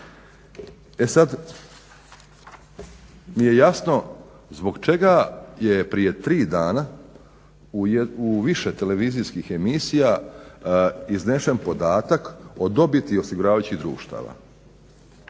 E sada je jasno zbog čega je prije tri dana u više televizijskih emisija iznesen podatak od dobiti osiguravajućih društava.